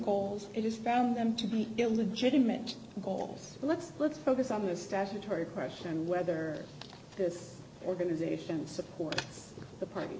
goals it is found them to be illegitimate goals let's let's focus on the statutory question whether this organization supports the party